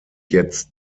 jetzt